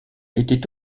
étaient